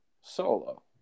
Solo